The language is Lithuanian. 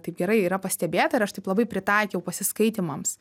taip gerai yra pastebėta ir aš taip labai pritaikiau pasiskaitymams